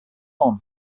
lawn